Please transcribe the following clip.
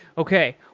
okay.